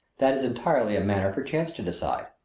that is entirely a matter for chance to decide.